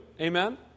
Amen